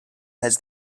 has